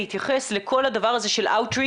להתייחס לכל הדבר הזה של out reach